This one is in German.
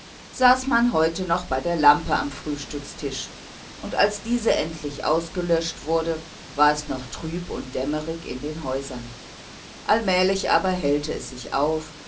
saß man heute noch bei der lampe am frühstückstisch und als diese endlich ausgeblasen wurde war es noch trüb und dämmerig in den häusern allmählich aber hellte es sich auf